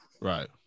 Right